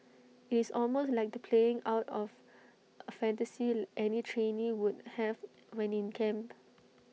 IT is almost like the playing out of A fantasy any trainee would have when in camp